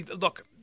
look